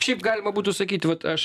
šiaip galima būtų sakyti vat aš